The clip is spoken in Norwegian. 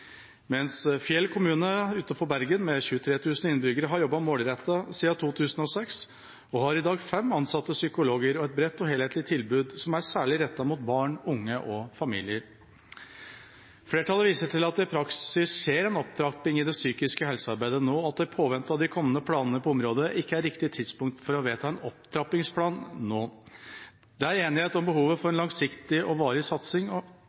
mens Fjell kommune utenfor Bergen, med 23 000 innbyggere, har jobbet målrettet siden 2006, og har i dag fem ansatte psykologer og et bredt og helhetlig tilbud som er særlig rettet mot barn, unge og familier. Flertallet viser til at det i praksis skjer en opptrapping i det psykiske helsearbeidet nå, og at det i påvente av de kommende planene på området ikke er riktig tidspunkt for å vedta en opptrappingsplan nå. Det er enighet om behovet for en langsiktig og varig satsing.